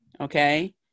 Okay